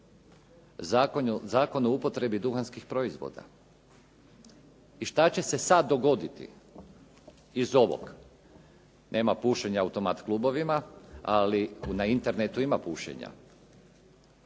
Zakon o upotrebi duhanskih proizvoda. I što će se sada dogoditi iz ovog? Nema pušenja u automat klubovima, ali na internetu ima pušenja.